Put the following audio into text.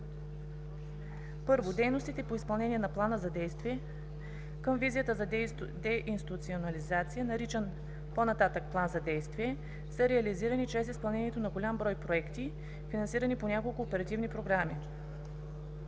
1. Дейностите по изпълнение на Плана за действие към Визията за деинституционализация, наричан по-нататък „План за действие“, са реализирани чрез изпълнението на голям брой проекти, финансирани по няколко оперативни програми